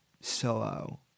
Solo